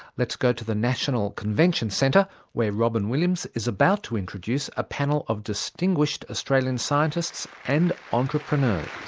let's go to the national convention centre where robyn williams is about to introduce a panel of distinguished australian scientists and entrepreneurs.